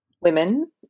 women